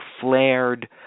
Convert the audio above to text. flared